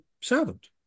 servant